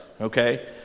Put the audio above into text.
okay